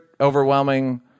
overwhelming